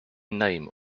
name